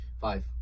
Five